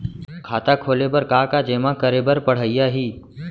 खाता खोले बर का का जेमा करे बर पढ़इया ही?